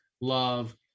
love